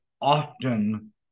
often